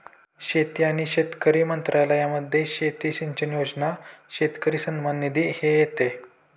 शेती आणि शेतकरी मंत्रालयामध्ये शेती सिंचन योजना, शेतकरी सन्मान निधी हे येते